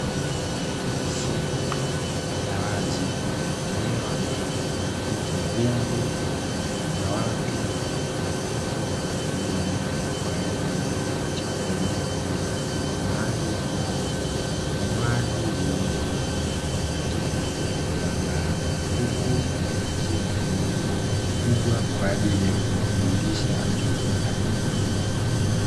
Sehemu ya wazi, eneo ambalo kuna viti vingi na watu wakike na wakiume waliojazana katika eneo hilo mahali ambapo vinywaji huuzwa katika jengo la baa, huku muziki mkubwa ukipigwa kwa ajili ya kuwaburudisha wateja hao.